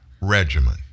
regimen